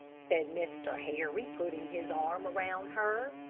said mr. harry, putting his arm around her.